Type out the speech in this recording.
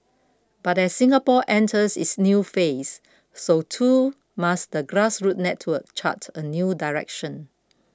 but as Singapore enters its new phase so too must the grassroots network chart a new direction